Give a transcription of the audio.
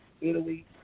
Italy